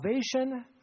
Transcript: salvation